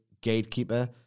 gatekeeper